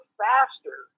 faster